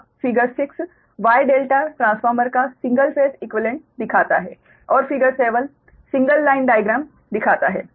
अब figure 6 Y ∆ transformer का single phase equivalent दिखाता है और फिगर 7 सिंगल लाइन डाइग्राम दिखाता है